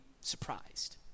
surprised